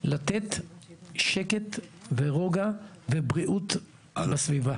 לתת שקט, רוגע ובריאות לסביבה.